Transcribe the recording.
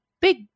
big